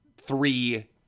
three